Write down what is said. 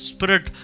Spirit